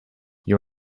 you